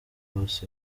boss